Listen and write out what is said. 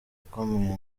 ikomeye